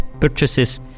purchases